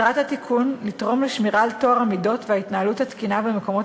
מטרת התיקון לתרום לשמירה על טוהר המידות וההתנהלות התקינה במקומות